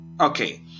okay